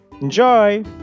enjoy